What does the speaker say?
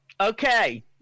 Okay